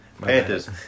Panthers